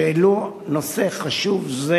שהעלו נושא חשוב זה